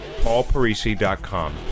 paulparisi.com